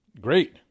Great